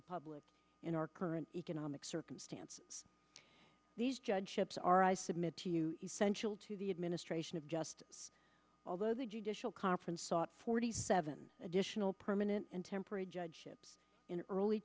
the public in our current economic circumstances these judgeships are i submit to you essential to the administration of justice although the judicial conference ought forty seven additional permanent intemperate judgeships in early